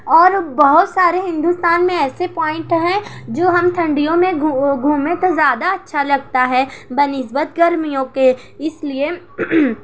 اور بہت سارے ہندوستان میں ایسے پوائنٹ ہیں جو ہم ٹھنڈیوں میں گھومیں تو زیادہ اچھا لگتا ہے بہ نسبت گرمیوں کے اس لیے